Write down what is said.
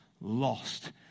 lost